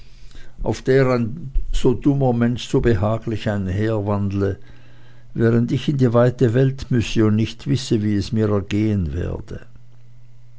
auf der ein so dummer mensch so behaglich einherwandle während ich in die weite welt müsse und nicht wisse wie es mir ergehen werde